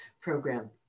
program